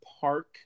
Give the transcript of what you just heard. Park